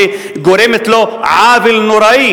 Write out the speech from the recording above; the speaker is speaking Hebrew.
שגורמת לו עוול נורא,